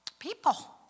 People